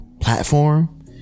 platform